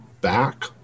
back